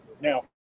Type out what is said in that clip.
Now